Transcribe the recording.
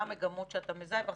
מה המגמות שאתה מזהה.